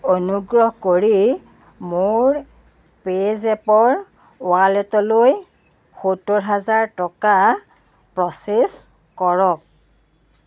অনুগ্ৰহ কৰি মোৰ পে'ইজেপৰ ৱালেটলৈ সত্তৰ হাজাৰ টকা প্ৰ'চেছ কৰক